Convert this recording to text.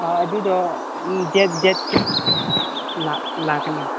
ꯑꯥ ꯑꯗꯨꯗꯣ ꯎꯝ ꯗꯦꯗ ꯗꯦꯗ ꯂꯥꯛꯀꯅꯤ